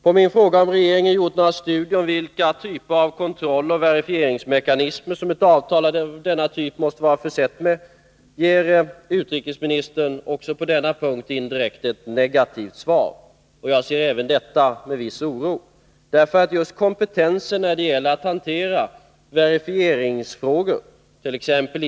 På min fråga om regeringen gjort några studier rörande vilken typ av kontrolloch verifieringsmekanismer som ett avtal av denna typ måste vara försett med, ger utrikesministern också på denna punkt indirekt ett negativt svar. Jag ser även detta med viss oro, därför att just kompetensen när det gäller att hantera verifieringsfrågor —t.ex.